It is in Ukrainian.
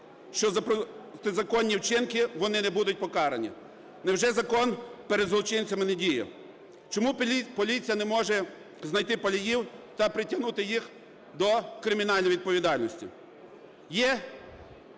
що за протизаконні вчинки вони не будуть покарані. Невже закон перед злочинцями не діє. Чому поліція не може знайти паліїв та притягнути їх до кримінальної відповідальності? Є